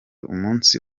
umunsi